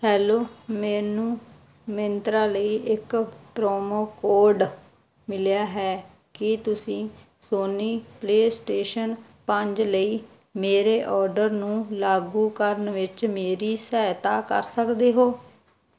hello ਮੈਨੂੰ ਮਿੰਤਰਾ ਲਈ ਇੱਕ ਪ੍ਰੋਮੋ ਕੋਡ ਮਿਲਿਆ ਹੈ ਕੀ ਤੁਸੀਂ ਸੋਨੀ ਪਲੇਅਸਟੇਸ਼ਨ ਪੰਜ ਲਈ ਮੇਰੇ ਔਡਰ ਨੂੰ ਲਾਗੂ ਕਰਨ ਵਿੱਚ ਮੇਰੀ ਸਹਾਇਤਾ ਕਰ ਸਕਦੇ ਹੋ